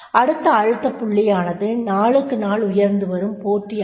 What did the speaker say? அடுத்த அழுத்தப் புள்ளியானது நாளுக்கு நாள் உயர்ந்துவரும் போட்டியாகும்